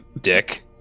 Dick